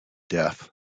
death